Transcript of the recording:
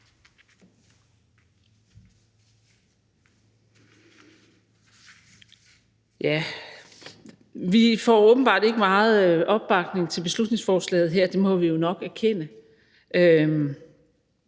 vi får åbenbart ikke meget opbakning til beslutningsforslaget her, må vi jo nok erkende.